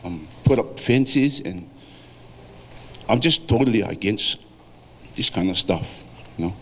and put up fences and i'm just totally against this kind of stuff you know